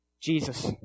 Jesus